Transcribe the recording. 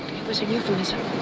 it was a euphemism.